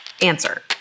Answer